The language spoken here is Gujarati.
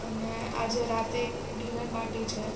અને આજે રાત્રે એક ડિનર પાર્ટી છે